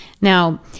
Now